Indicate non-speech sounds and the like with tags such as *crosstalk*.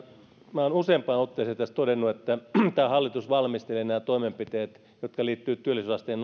minä olen useampaan otteeseen tässä todennut että tämä hallitus valmistelee nämä toimenpiteet jotka liittyvät työllisyysasteen *unintelligible*